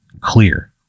clear